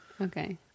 Okay